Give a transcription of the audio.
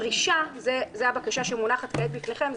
פרישה זאת הבקשה שמונחת כעת בפניכם,